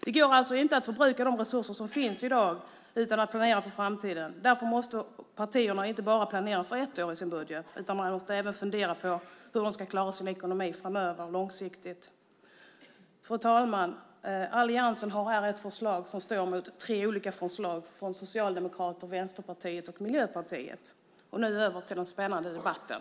Det går alltså inte att förbruka de resurser som finns i dag utan att planera för framtiden. Därför måste partierna inte bara planera för ett år i sina budgetar utan även fundera på hur de ska klara sin ekonomi långsiktigt. Fru talman! Alliansen har här ett förslag som står mot tre olika förslag från Socialdemokraterna, Vänsterpartiet och Miljöpartiet. Nu börjar den spännande debatten.